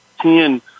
ten